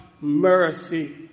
mercy